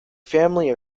family